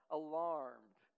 alarmed